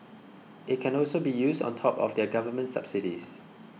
it can also be used on top of their government subsidies